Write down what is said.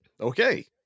Okay